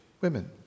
women